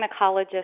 gynecologist